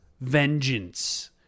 vengeance